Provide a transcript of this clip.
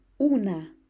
una